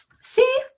see